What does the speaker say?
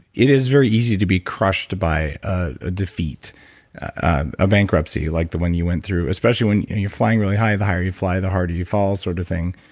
it is very easy to be crushed by ah ah defeat of ah bankruptcy, like the one you went through. especially when you're flying really high, the higher you fly, the harder you fall sort of thing.